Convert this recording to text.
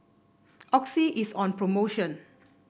Oxy is on promotion